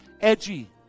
edgy